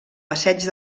passeig